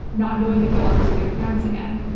not knowing if they'll ever see their parents again.